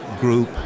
group